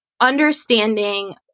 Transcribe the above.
understanding